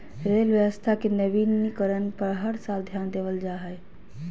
rail व्यवस्था के नवीनीकरण पर हर साल ध्यान देवल जा हइ